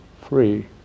free